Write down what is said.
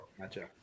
Gotcha